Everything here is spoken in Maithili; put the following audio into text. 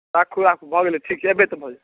राखू राखू भऽ गेलै ठीक छै अएबै तऽ भऽ जाएत